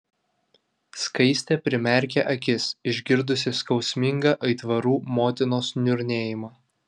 skaistė primerkė akis išgirdusi skausmingą aitvarų motinos niurnėjimą